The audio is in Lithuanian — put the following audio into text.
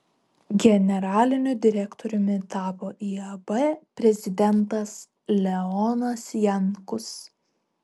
generaliniu direktoriumi tapo iab prezidentas leonas jankus